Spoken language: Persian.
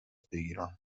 بگیرم